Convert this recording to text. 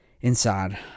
Inside